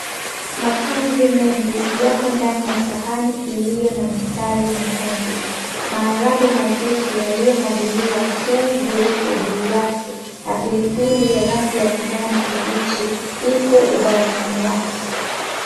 Mahamri mengi yapo ndani ya sahani iliyo na mistari mekundu , maharagwe mazito yaliyomwagiliwa tui juu yake na pilipili ya rangi ya kijani kibichi ipo ubavuni mwake.